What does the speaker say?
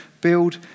build